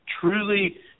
truly